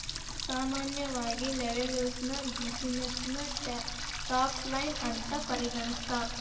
ಸಾಮಾನ್ಯವಾಗಿ ರೆವೆನ್ಯುನ ಬ್ಯುಸಿನೆಸ್ಸಿನ ಟಾಪ್ ಲೈನ್ ಅಂತ ಪರಿಗಣಿಸ್ತಾರ?